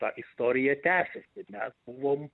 ta istorija tęsiasi mes buvom